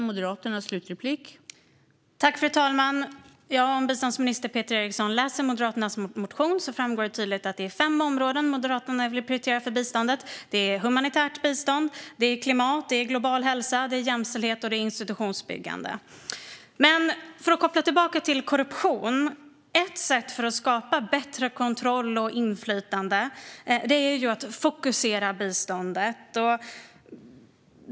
Fru talman! Om biståndsminister Peter Eriksson läser Moderaternas motion ser han att det tydligt framgår att det är fem områden Moderaterna vill prioritera för biståndet. Det är humanitärt bistånd, klimat, global hälsa, jämställdhet och institutionsbyggande. Men för att koppla tillbaka till korruption: Ett sätt att skapa bättre kontroll och inflytande är ju att fokusera biståndet.